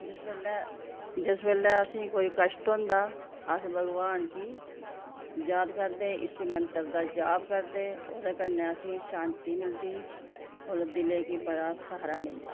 जिस बेल्लै जिस बेल्लै असेंगी कोई कश्ट होंदा अस भगवान गी याद करदे इसी मंत्र दा जाप करदे ओह्दे कन्नै असेंगी शांति मिलदी होर दिलै गी बड़ा स्हारा मिलदा